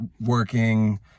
working